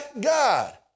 God